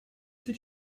did